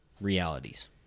realities